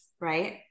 right